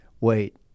wait